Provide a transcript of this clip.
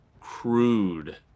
crude